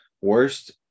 worst